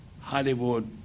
Hollywood